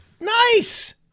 Nice